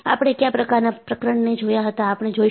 આપણે કયા પ્રકારનાં પ્રકરણને જોયા હતા આપણે જોઈશું